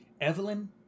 Evelyn